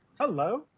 Hello